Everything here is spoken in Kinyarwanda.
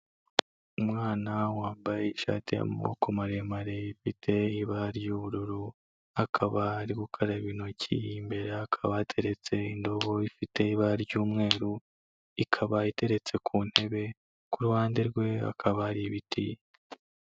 Umwana wambaye ishati y'amaboko maremare ifite ibara ry'ubururu akaba ari gukaraba intoki, imbere akaba hateretse indobo ifite ibara ry'umweru ikaba iteretse ku ntebe, ku ruhande rwe hakaba ari ibiti.